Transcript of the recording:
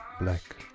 black